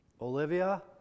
Olivia